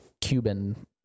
Cuban